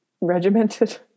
regimented